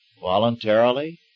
voluntarily